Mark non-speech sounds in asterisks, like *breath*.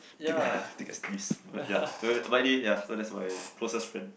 take *breath* take a sneeze but ya but anyway ya so that's my closest friend